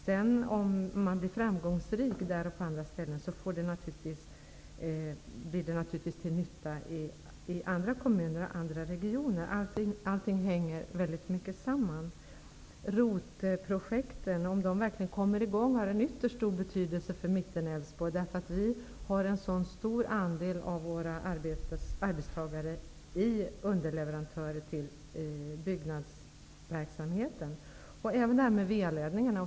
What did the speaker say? Om man sedan blir framgångsrik där och på andra ställen, blir det naturligtvis till nytta i andra kommuner och i andra regioner. Allt hänger väldigt mycket samman. Om ROT-projekten verkligen kommer i gång, har det en ytterst stor betydelse för Mittenälvsborg, därför att vi har en så stor andel av våra arbetstagare hos underleverantörer i byggnadsverksamheten. Jag vill även nämna det här med VA-ledningarna.